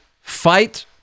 fight